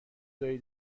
داری